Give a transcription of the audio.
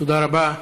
תודה רבה.